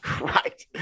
Right